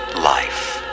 life